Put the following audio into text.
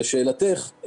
לשאלתך,